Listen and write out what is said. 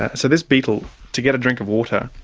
so this beetle, to get a drink of water,